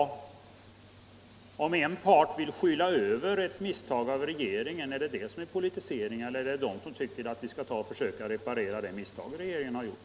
Ja, om en part vill skyla över ett misstag av regeringen, är det då politisering? Eller politiserar vi som tycker att vi skall försöka reparera de misstag som regeringen har gjort?